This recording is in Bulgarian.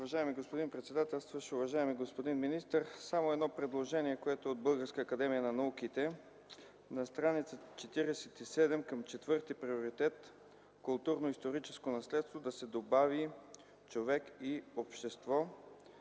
Уважаеми господин председателстващ, уважаеми господин министър! Само едно предложение, което е от Българската академия на науките – на стр. 47 към четвърти приоритет „Културно историческо наследство” да се добави „Човек и общество”